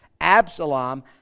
Absalom